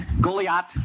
Goliath